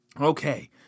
Okay